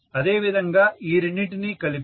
అదేవిధంగా ఈ రెండిటినీ కలిపి